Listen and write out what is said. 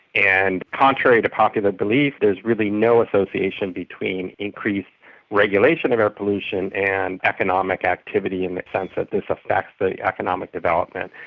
and contrary to popular belief, there's really no association between increased regulation of air pollution and economic activity in the sense that this affects the the economic development.